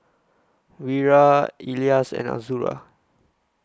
Wira Elyas and Azura